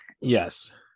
Yes